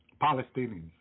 Palestinians